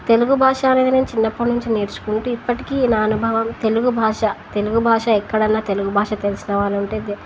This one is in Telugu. తెలుగు భాష అనేది నేను చిన్నప్పటి నుంచి నేర్చుకుంటూ ఇప్పటికీ నా అనుభవం తెలుగు భాష తెలుగు భాష ఎక్కడన్నా తెలుగు భాష తెలిసిన వాళ్ళుంటే